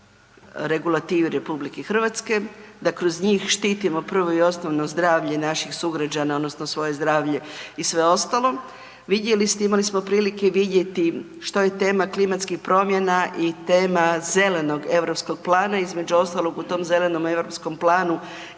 regulativi RH, da kroz njih štitimo prvo i osnovno zdravlje naših sugrađana odnosno svoje zdravlje i sve ostalo. Vidjeli ste, imali smo prilike vidjeti što je tema klimatskih promjena i tema Zelenog Europskog Plana. Između ostalog u tom Zelenom Europskom Planu